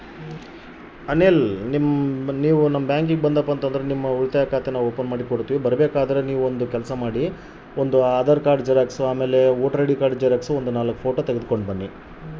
Sir ನನ್ನ ಹೆಸರು ಅನಿಲ್ ಅಂತ ನಾನು ನಿಮ್ಮ ಬ್ಯಾಂಕಿನ್ಯಾಗ ಒಂದು ಉಳಿತಾಯ ಖಾತೆ ಓಪನ್ ಮಾಡಬೇಕು ಮಾಹಿತಿ ಕೊಡ್ತೇರಾ?